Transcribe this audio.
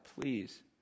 Please